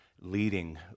leading